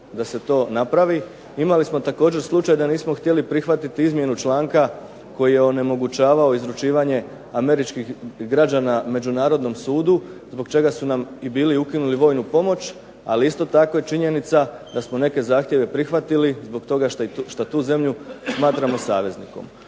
da se to napravi. Imali smo također slučaj da nismo htjeli prihvatiti izmjenu članka koji je onemogućavao izručivanje američkih građana međunarodnom sudu zbog čega su nam bili ukinuli vojnu pomoć, ali isto tako je činjenica da smo neke zahtjeve prihvatili zbog toga što smatramo tu zemlju saveznikom.